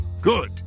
good